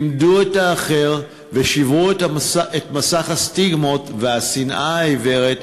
למדו את האחר ושברו את מסך הסטיגמות והשנאה העיוורת,